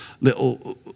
little